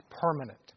permanent